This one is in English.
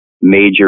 major